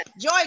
joy